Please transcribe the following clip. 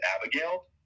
Abigail